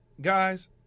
guys –